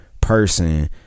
person